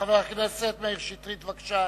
חבר הכנסת מאיר שטרית, בבקשה.